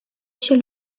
chez